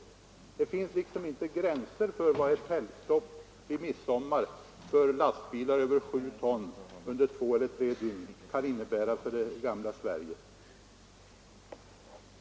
Det finns liksom inga gränser för vad ett helgstopp under två eller tre dygn vid midsommar för lastbilar över 7 ton kan innebära för gamla Sverige.